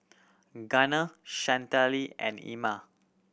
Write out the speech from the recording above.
Gunner Chantelle and Ima